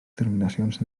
terminacions